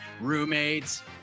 roommates